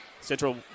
Central